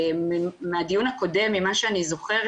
מהדיון הקודם ממה שאני זוכרת,